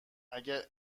اگر